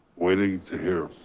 waiting to hear.